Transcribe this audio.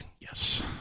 Yes